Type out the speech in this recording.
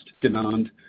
demand